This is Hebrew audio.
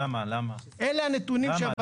למה הם מנותקים?